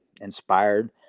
inspired